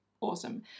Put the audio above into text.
awesome